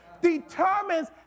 determines